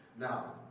now